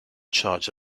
charge